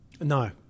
No